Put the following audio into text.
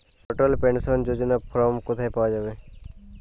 অটল pension যোজনার form কোথায় পাওয়া যাবে?